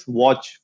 watch